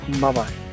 Bye-bye